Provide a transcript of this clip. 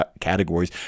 categories